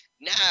Now